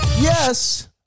Yes